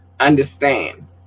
Understand